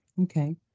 Okay